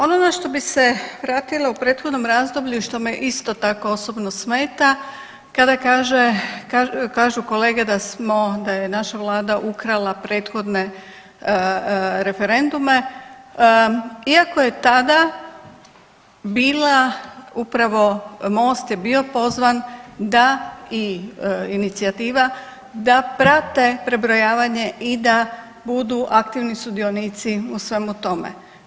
Ono na što bi se vratila u prethodnom razdoblju i što me isto tako osobno smeta, kada kažu kolege da smo, da je naša Vlada ukrala prethodne referendume iako je tada bila upravo Most je bio pozvan da i inicijativa da prate prebrojavanje i da budu aktivni sudionici u svemu tome.